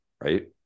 Right